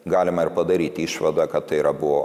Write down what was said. galima ir padaryti išvadą kad tai yra buvo